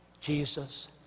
Jesus